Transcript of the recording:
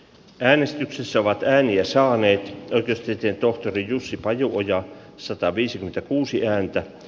käynnistyksessä ovat ääniä saaneet pystyttiin tohtori jussi pajuoja sataviisikymmentäkuusi ääntä